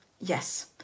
yes